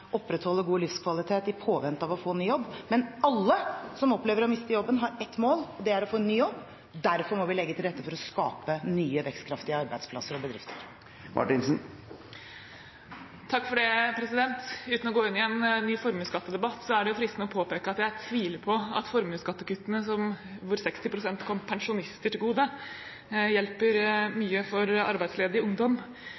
opprettholde god livskvalitet i påvente av å få en ny jobb. Men alle som opplever å miste jobben, har ett mål: Det er å få ny jobb. Derfor må vi legge til rette for å skape nye vekstkraftige arbeidsplasser og bedrifter. Uten å gå inn i en ny formuesskattedebatt er det fristende å påpeke at jeg tviler på at formuesskattekuttene, hvor 60 pst. kom pensjonister til gode, hjelper mye for arbeidsledig ungdom.